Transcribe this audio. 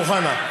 מוכנה.